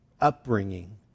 upbringing